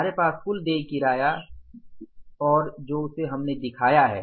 हमारे पास कुल देय किराया जो है उसे हमने हमने दिखाया है